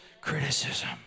criticism